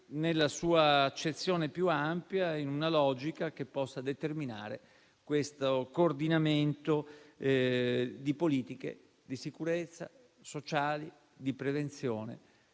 nella sua accezione più ampia, in una logica che possa determinare questo coordinamento di politiche di sicurezza, sociali, di prevenzione,